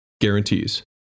Guarantees